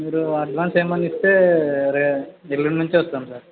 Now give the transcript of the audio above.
మీరు అడ్వాన్స్ ఏమన్నా ఇస్తే రే ఎల్లుండి నుంచి వస్తాం సార్